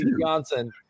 Johnson